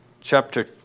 chapter